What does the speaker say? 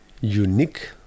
unique